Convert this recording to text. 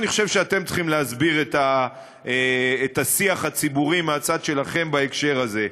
אני חושב שאתם צריכים להסביר את השיח הציבורי מהצד שלכם בהקשר הזה.